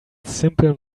simple